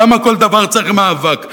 למה כל דבר צריך מאבק?